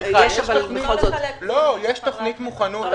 יש תוכנית מוכנות.